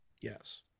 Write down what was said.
Yes